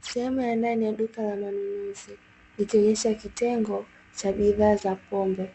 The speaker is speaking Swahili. Sehemu ya ndani ya duka la manunuzi, likionyesha kitengo cha bidhaa za pombe.